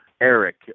Eric